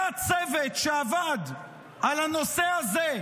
היה צוות שעבד על הנושא הזה,